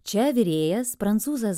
čia virėjas prancūzas